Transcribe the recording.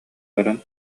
баран